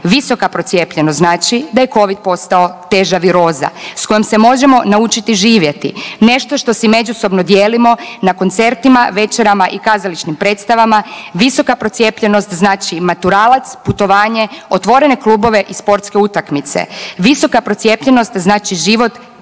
Visoka procijepljenost znači da je covid postao teža viroza s kojom se možemo naučiti živjeti, nešto što si međusobno dijelimo na koncertima, večerama i kazališnim predstavama. Visoka procijepljenost znači i maturalac, putovanje, otvorene klubove i sportske utakmice. Visoka procijepljenost znači život